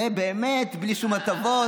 זה באמת בלי שום הטבות.